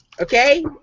Okay